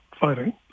fighting